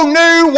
new